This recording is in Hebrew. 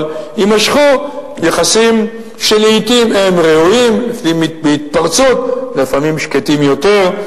יימשכו יחסים שלעתים הם רעועים ובהתפרצות ולפעמים שקטים יותר.